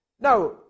Now